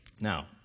Now